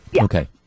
Okay